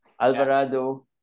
Alvarado